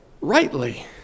rightly